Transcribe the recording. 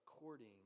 according